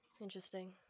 Interesting